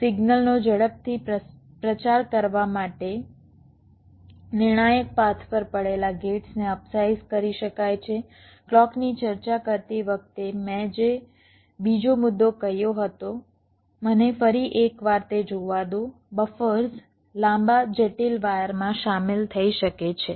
સિગ્નલનો ઝડપથી પ્રચાર કરવા માટે નિર્ણાયક પાથ પર પડેલા ગેટ્સને અપસાઇઝ કરી શકાય છે ક્લૉકની ચર્ચા કરતી વખતે મેં જે બીજો મુદ્દો કહ્યો હતો મને ફરી એકવાર તે જોવા દો બફર્સ લાંબા જટિલ વાયરમાં શામેલ થઈ શકે છે